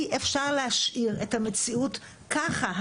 אי אפשר להשאיר את המציאות ככה.